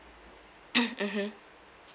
mmhmm